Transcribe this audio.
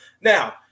Now